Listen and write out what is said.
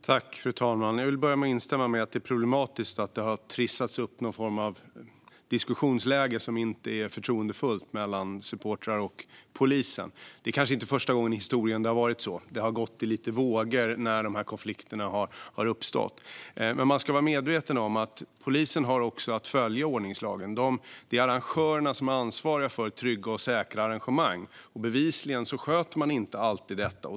Fru talman! Jag vill börja med att instämma i att det är problematiskt att någon form av diskussionsläge som inte är förtroendefullt har trissats upp mellan supportrar och polisen. Det är kanske inte första gången i historien som det har varit så. Det har gått lite grann i vågor i fråga om när dessa konflikter har uppstått. Men man ska vara medveten om att polisen också har att följa ordningslagen. Det är arrangörerna som är ansvariga för trygga och säkra arrangemang. Bevisligen sköter de inte alltid detta.